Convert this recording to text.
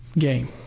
game